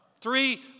Three